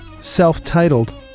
self-titled